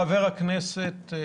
חבר הכנסת כסיף,